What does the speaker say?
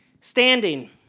Standing